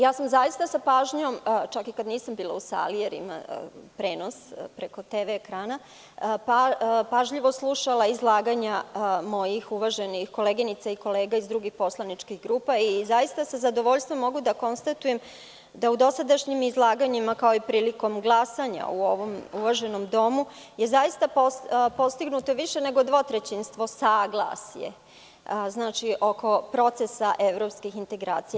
Zaista sam sa pažnjom, čak i kada nisam bila u sali jer ima prenos preko TV ekrana, pažljivo slušala izlaganja mojih uvaženih koleginica i kolega iz drugih poslaničkih grupa i zaista sa zadovoljstvom mogu da konstatujem da u dosadašnjim izlaganjima kao i prilikom glasanja u ovom uvaženom domu je zaista postignuto više nego dvotrećinsko saglasje oko procesa evropskih integracija.